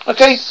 Okay